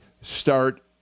start